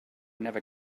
never